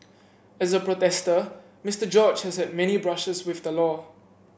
as a protester Mister George has a many brushes with the law